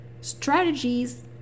strategies